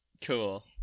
Cool